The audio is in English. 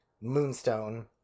moonstone